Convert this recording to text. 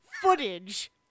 footage